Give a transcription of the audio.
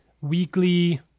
weekly